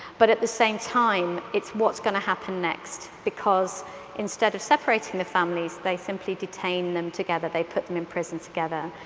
but at the same time, it's what's going to happen next, because instead of separating the families they simply detain them together. they put them in prison together.